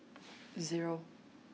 zero